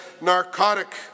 narcotic